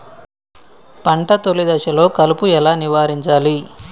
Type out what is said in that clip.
పంట తొలి దశలో కలుపు ఎలా నివారించాలి?